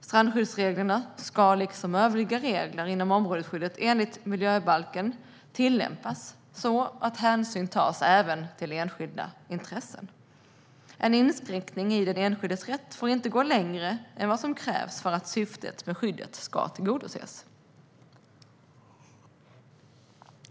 Strandskyddsreglerna ska liksom övriga regler om områdesskydd enligt miljöbalken tillämpas så att hänsyn tas även till enskilda intressen. En inskränkning i den enskildes rätt får inte gå längre än vad som krävs för att syftet med skyddet ska tillgodoses.